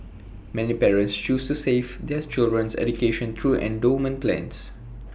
many parents choose to save their children's education through endowment plans